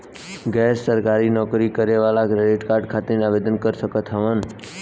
गैर सरकारी नौकरी करें वाला क्रेडिट कार्ड खातिर आवेदन कर सकत हवन?